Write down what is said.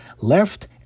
left